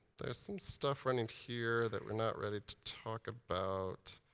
there's some stuff right and here that we're not ready to talk about.